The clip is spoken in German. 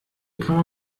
kann